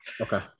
okay